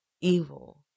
evil